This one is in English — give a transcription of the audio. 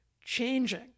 changing